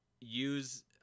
use